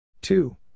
Two